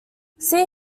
see